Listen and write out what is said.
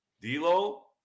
D'Lo